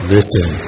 Listen